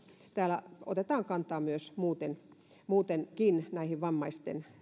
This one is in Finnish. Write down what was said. täällä otetaan kantaa muutenkin vammaisten